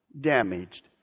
damaged